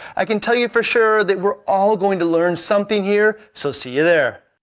i can tell you for sure that we're all going to learn something here, so see you there.